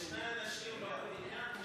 נגד.